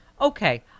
Okay